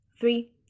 three